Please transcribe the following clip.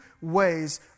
ways